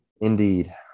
Indeed